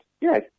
Yes